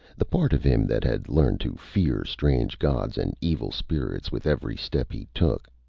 the part of him that had learned to fear strange gods and evil spirits with every step he took,